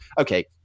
Okay